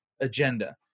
agenda